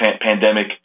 pandemic